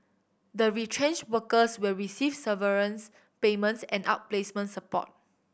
the retrenched workers will receive severance payments and outplacement support